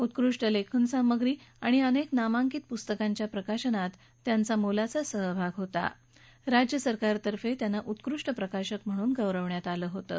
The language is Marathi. उत्कृष्ठ लेखन सामग्री तसंच अनेक नामांकित पुस्तकांच्या प्रकाशनात त्यांचा मोलाचा सहभाग होता राज्य सरकारतर्फे उत्कृष्ट प्रकाशक म्हणून त्यांना गौरवण्यात आलं होतं